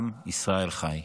עם ישראל חי.